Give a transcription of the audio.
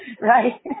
Right